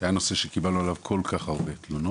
שהיה נושא שקיבלנו עליו כל כך הרבה תלונות.